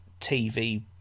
TV